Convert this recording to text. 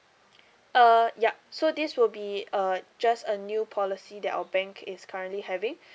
uh yup so this will be uh just a new policy that our bank is currently having